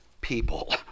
people